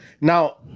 Now